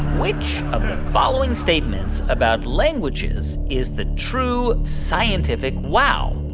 which of the following statements about languages is the true scientific wow?